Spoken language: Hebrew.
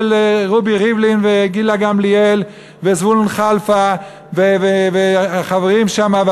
שלשבחם של רובי ריבלין וגילה גמליאל וזבולון קלפה וחברים שם,